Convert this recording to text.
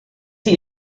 sie